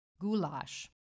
goulash